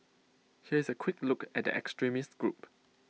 here is A quick look at the extremist group